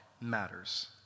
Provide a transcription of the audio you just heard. matters